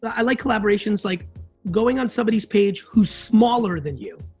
i like collaborations like going on somebody's page who's smaller than you,